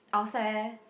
outside eh